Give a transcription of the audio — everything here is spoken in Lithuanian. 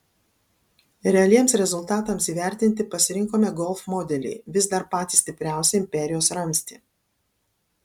realiems rezultatams įvertinti pasirinkome golf modelį vis dar patį stipriausią imperijos ramstį